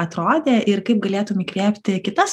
atrodė ir kaip galėtum įkvėpti kitas